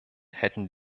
hätten